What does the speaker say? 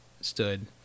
stood